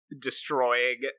destroying